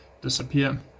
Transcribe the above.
disappear